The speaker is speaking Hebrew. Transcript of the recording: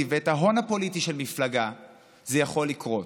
ואת ההון הפוליטי של מפלגה זה יכול לקרות.